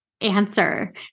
answer